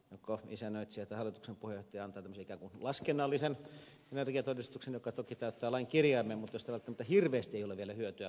joko isännöitsijä tai hallituksen puheenjohtaja antaa tämmöisen ikään kuin laskennallisen energiatodistuksen joka toki täyttää lain kirjaimen mutta josta välttämättä hirveästi ei ole vielä hyötyä taloyhtiöille